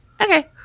Okay